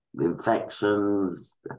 infections